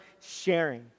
sharing